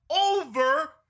over